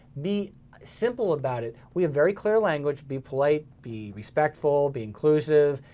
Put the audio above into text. be simple about it. we have very clear language, be polite, be respectful, be inclusive.